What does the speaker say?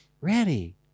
ready